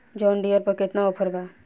John Deere पर केतना offer बा?